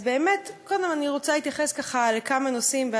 אז באמת אני רוצה להתייחס לכמה נושאים,